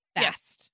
fast